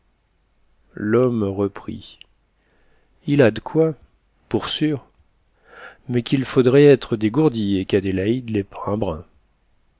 l'homme reprit il a d'quoi pour sûr mais qu'il faudrait être dégourdi et qu'adélaïde l'est